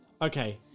Okay